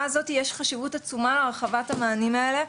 הזאתי יש חשיבות עצומה על הרחבת המענים האלה,